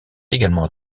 également